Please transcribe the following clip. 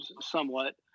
somewhat